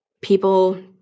people